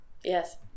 yes